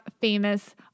famous